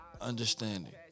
Understanding